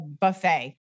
buffet